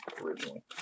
originally